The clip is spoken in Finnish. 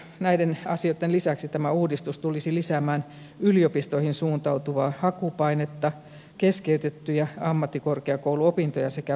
näiden asioitten lisäksi tämä uudistus tulisi lisäämään yliopistoihin suuntautuvaa hakupainetta keskeytettyjä ammattikorkeakouluopintoja sekä välivuosia